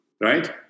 right